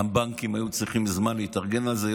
הבנקים היו צריכים זמן להתארגן על זה.